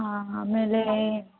ಆಮೇಲೆ